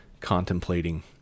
contemplating